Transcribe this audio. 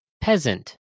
Peasant